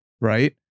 right